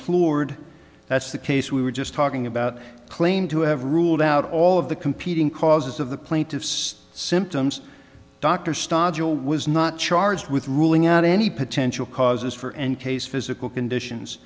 implored that's the case we were just talking about claim to have ruled out all of the competing causes of the plaintiff's symptoms dr stodge will was not charged with ruling out any potential causes for any case physical conditions